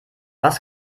was